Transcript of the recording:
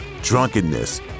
drunkenness